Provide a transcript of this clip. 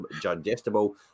digestible